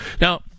now